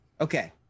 Okay